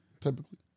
typically